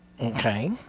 Okay